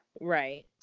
Right